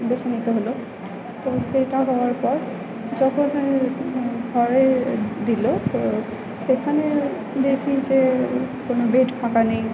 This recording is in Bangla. বেছে নিতে হল তো সেইটা হওয়ার পর যখন ঘরে দিল তো সেখানে দেখি যে কোনো বেড ফাঁকা নেই